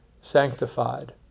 sanctified